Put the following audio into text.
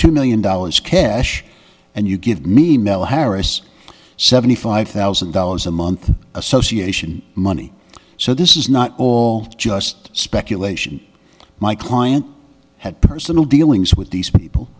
two million dollars cash and you give me mel harris seventy five thousand dollars a month association money so this is not all just speculation my client had personal dealings with these people